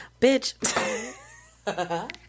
bitch